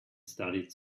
studied